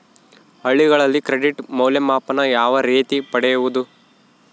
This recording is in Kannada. ಹಳ್ಳಿಗಳಲ್ಲಿ ಕ್ರೆಡಿಟ್ ಮೌಲ್ಯಮಾಪನ ಯಾವ ರೇತಿ ಪಡೆಯುವುದು?